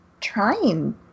trying